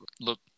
Look